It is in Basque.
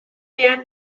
behar